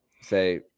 say